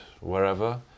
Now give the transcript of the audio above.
wherever